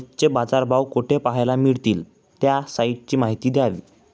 रोजचे बाजारभाव कोठे पहायला मिळतील? त्या साईटची माहिती द्यावी